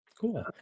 cool